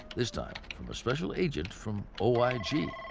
this time from a special agent from oig.